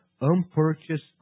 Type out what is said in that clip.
unpurchased